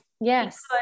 yes